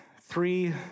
three